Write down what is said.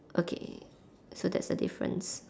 okay so that's the difference